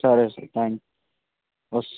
సరే sir thanks వస్తాను